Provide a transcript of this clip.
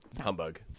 Humbug